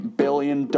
billion